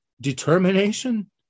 determination